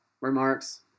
remarks